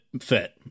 fit